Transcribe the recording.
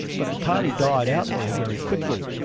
but the party died out there very quickly,